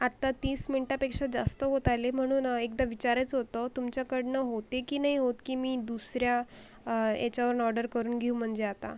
आत्ता तीस मिनिटापेक्षा जास्त होत आले म्हणून एकदा विचारायचं होतं तुमच्याकडनं होते की नाही होत की मी दुसऱ्या याच्यावरून ऑर्डर करून घेऊ म्हणजे आता